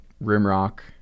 Rimrock